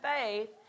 faith